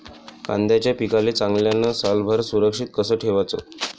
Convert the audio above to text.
कांद्याच्या पिकाले चांगल्यानं सालभर सुरक्षित कस ठेवाचं?